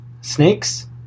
snakes